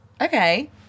Okay